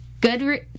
good